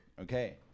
Okay